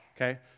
okay